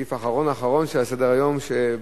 לסעיף האחרון האחרון שעל סדר-היום,